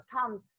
comes